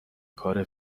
کار